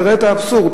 אז תראה את האבסורד,